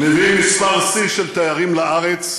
מביאים מספר שיא של תיירים לארץ,